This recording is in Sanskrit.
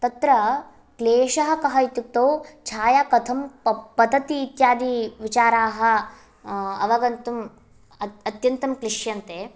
तत्र क्लेशः कः इत्युक्तौ छाया कथं प पतति इत्यादि विचाराः अवगन्तुम् अ अत्यन्तं क्लिश्यन्ते